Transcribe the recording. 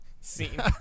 scene